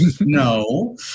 no